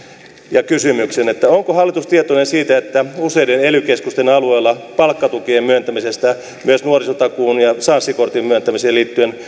ja kysymyksen onko hallitus tietoinen siitä että useiden ely keskusten alueella palkkatukien myöntämistä myös nuorisotakuun ja sanssi kortin myöntämiseen liittyen